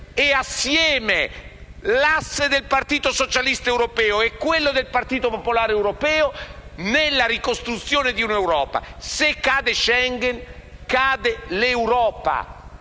e, insieme, l'asse del Partito socialista europeo e quello del Partito popolare europeo nella ricostruzione dell'Europa. Se cade Schengen, cade l'Europa.